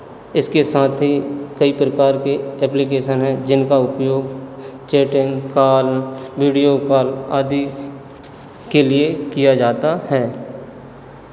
इसके साथ ही कई प्रकार के एप्लीकेशन हैं जिनका उपयोग चैटिंग कॉल वीडियो काॅल आदि के लिए किया जाता है